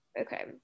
Okay